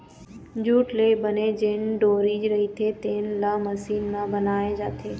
jute ले बने जेन डोरी रहिथे तेन ल मसीन म बनाए जाथे